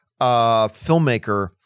filmmaker